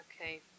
Okay